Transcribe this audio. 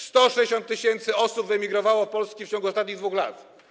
160 tys. osób wyemigrowało z Polski w ciągu ostatnich 2 lat.